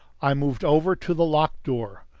i moved over to the locked door.